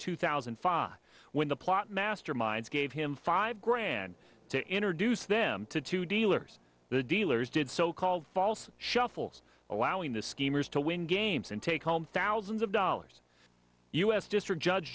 two thousand and five when the plot masterminds gave him five grand to introduce them to two dealers the dealers did so called false shuffles allowing the schemers to win games and take home thousands of dollars u s district judge